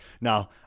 Now